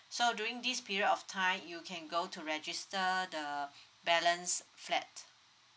so during this period of time you can go to register the balanced flat